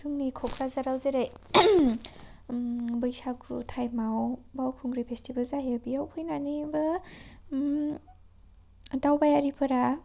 जोंनि क'कराझाराव जेरै बैसागु टाइमाव बावखुंग्रि फेस्टिभेल जायो बेयाव फैनानैबो दावबायारि फोरा